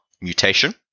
mutation